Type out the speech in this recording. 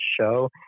show